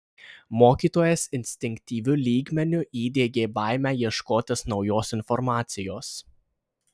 mokytojas instinktyviu lygmeniu įdiegė baimę ieškotis naujos informacijos